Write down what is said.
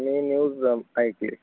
मी news ऐकली